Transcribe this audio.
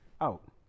out